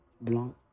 Blanc